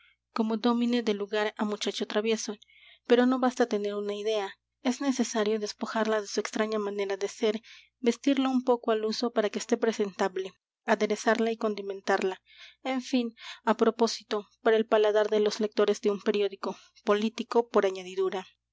á muchacho travieso pero no basta tener una idea es necesario despojarla de su extraña manera de ser vestirla un poco al uso para que esté presentable aderezarla y condimentarla en fin á propósito para el paladar de los lectores de un periódico político por añadidura